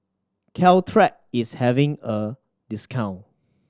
Caltrate is having a discount